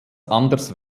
anders